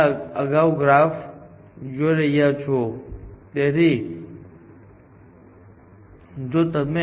વિદ્યાર્થી તમે શબ્દનો ઉપયોગ હરોળ અને સ્તંભ તરીકે કરી શકો છો અને જો ખર્ચ ડાઈગોનલ થશે જો તમે લાંબો ડાઈગોનલ તરફ આગળ વધોતો તે મેચ થશે